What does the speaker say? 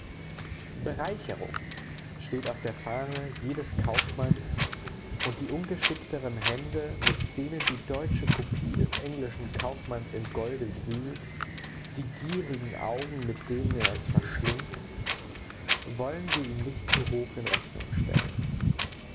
bereicherung steht auf der fahne jedes kaufmanns und die ungeschickteren hände mit denen die deutsche kopie des englischen kaufmanns im golde wühlt die gierigen augen mit denen er es verschlingt wollen wir ihm nicht zu hoch in rechnung stellen